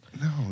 No